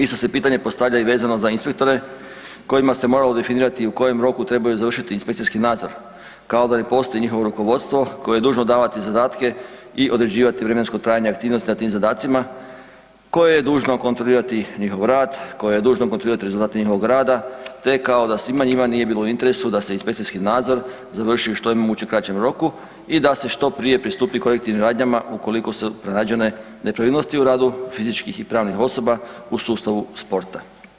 Isto se pitanje postavlja vezano za inspektore kojima se moralo definirati u kojem roku trebaju završiti inspekciji nadzor kao da ne postoji njihovo rukovodstvo koje je dužno davati zadatke i određivati vremensko trajanje aktivnosti na tim zadacima koje je dužno kontrolirati njihov rad, koje je dužno kontrolirati rezultat njihovog rada te kao da svima njima nije bilo u interesu da se inspekciji nadzor završi što je u moguće kraćem roku i da se što prije pristup korektivnim radnjama ukoliko su pronađene nepravilnosti u radu fizičkih i pravnih osoba u sustavu sporta.